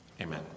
Amen